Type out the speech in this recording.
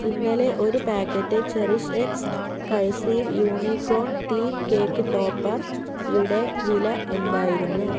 ഇന്നലെ ഒരു packet cherry shakes cursive unicorn theme cake ടോപ്പറുടെ വില എന്തായിരുന്നു